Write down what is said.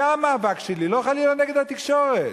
זה המאבק שלי, לא חלילה נגד התקשורת.